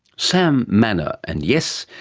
sam manna, and yes,